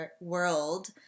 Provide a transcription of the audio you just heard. world